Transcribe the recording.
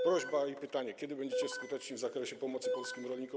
Prośba i pytanie: Kiedy będziecie skuteczni w zakresie pomocy polskim rolnikom?